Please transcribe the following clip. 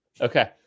okay